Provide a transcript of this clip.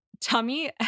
tummy